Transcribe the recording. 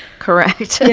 correct.